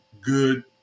good